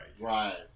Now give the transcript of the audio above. right